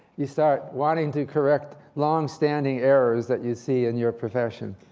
you start wanting to correct longstanding errors that you see in your profession.